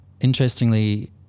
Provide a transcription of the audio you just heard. interestingly